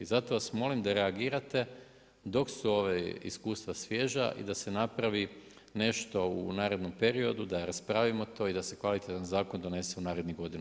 Zato vas molim, da reagirate, dok su ova iskustva svježa i da se napravi nešto u narednom periodu, da raspravimo to i da se kvalitetan zakon donese u narednih godinu dana.